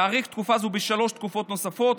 להאריך תקופה זו בשלוש תקופות נוספות.